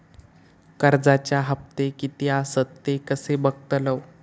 कर्जच्या हप्ते किती आसत ते कसे बगतलव?